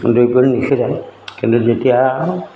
দৈ কৰি নিখীৰাই কিন্তু যেতিয়া